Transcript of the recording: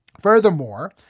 Furthermore